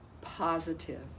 positive